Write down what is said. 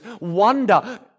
wonder